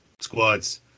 squads